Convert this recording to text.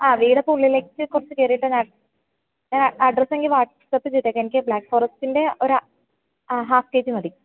ആ വീടൊക്കെ ഉള്ളിലേക്ക് കുറച്ച് കയറിയിട്ടുതന്നെയാണ് അഡ്രസ്സ് എനിക്ക് വാട്സ്സപ്പ് ചെയ്തേക്ക് എനിക്ക് ബ്ലാക്ക് ഫോറസ്റ്റിൻ്റെ ഒരു ഹാഫ് കെ ജി മതി